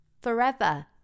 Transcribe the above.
Forever